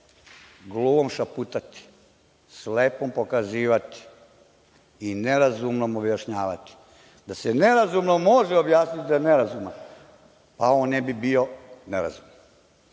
gluvom šaputati, slepom pokazivati i nerazumnom objašnjavati. Da se nerazumnom može objasniti da je nerazuman, pa on ne bi bio nerazuman. Na